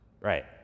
Right